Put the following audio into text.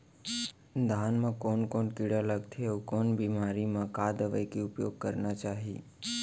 धान म कोन कोन कीड़ा लगथे अऊ कोन बेमारी म का दवई के उपयोग करना चाही?